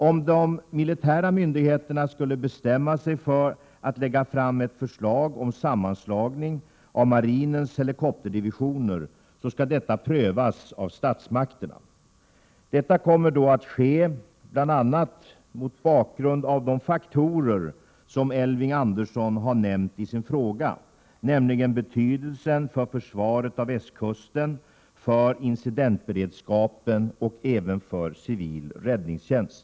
Om de militära myndigheterna skulle bestämma sig för att lägga fram ett förslag om sammanslagning av marinens helikopterdivisioner, så skall detta prövas av statsmakterna. Detta kommer då att ske bl.a. mot bakgrund av de faktorer som Elving Andersson har nämnt i sin fråga, nämligen betydelsen för försvaret av västkusten, för incidentberedskapen och även för civil räddningstjänst.